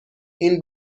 این